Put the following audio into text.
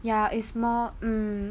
ya is more mm